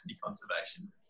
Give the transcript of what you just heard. conservation